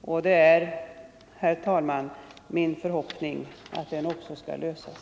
och det är, herr talman, min förhoppning att den skall lösas.